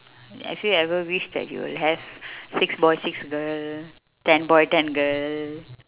have you ever wished that you will have six boy six girl ten boy ten girl